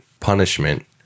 Punishment